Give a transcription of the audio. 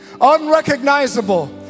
unrecognizable